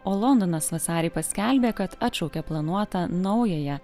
o londonas vasarį paskelbė kad atšaukia planuotą naująją